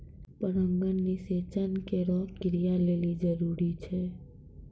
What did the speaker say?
परागण निषेचन केरो क्रिया लेलि जरूरी छै